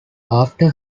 after